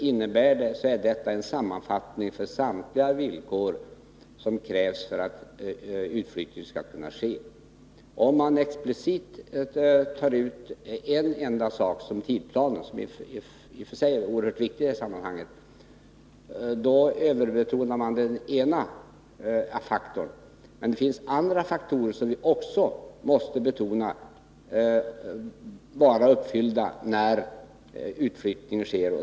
Detta är en sammanfattning av samtliga villkor som krävs för att en utflyttning skall kunna ske. Om man explicit tar ut en enda sak, såsom tidsplanen — som i och för sig är oerhört viktig i detta sammanhang —, överbetonar man den ena faktorn. Men det finns andra faktorer som också måste vara uppfyllda när utflyttning sker.